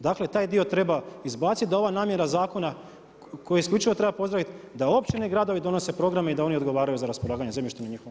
Dakle taj dio treba izbaciti da ova namjera koju isključivo treba pozdravit, da općine i gradove donese programe i da oni odgovaraju za raspolaganjem zemljištem i njihovom